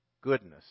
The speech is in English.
goodness